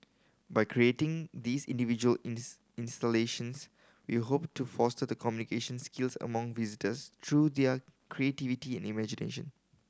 by creating these individual installations we hope to foster the communication skills among visitors through their creativity and imagination